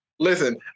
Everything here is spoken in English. Listen